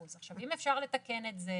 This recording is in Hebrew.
אם אפשר לתקן את זה